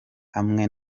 hamwe